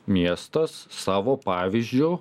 miestas savo pavyzdžiu